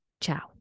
Ciao